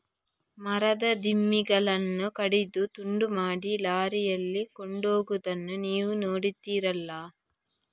ಮರದ ದಿಮ್ಮಿಗಳನ್ನ ಕಡಿದು ತುಂಡು ಮಾಡಿ ಲಾರಿಯಲ್ಲಿ ಕೊಂಡೋಗುದನ್ನ ನೀವು ನೋಡಿದ್ದೀರಲ್ಲ